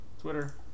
Twitter